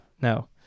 No